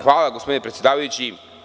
Hvala, gospodine predsedavajući.